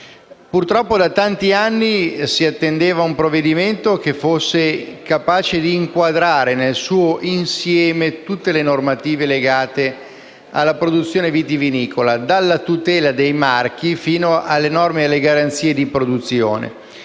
Purtroppo da tanti anni si attendeva un provvedimento che fosse capace di inquadrare nel suo insieme tutte le normative legate alla produzione vitivinicola, dalla tutela dei marchi fino alle norme e alle garanzie di produzione.